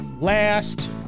last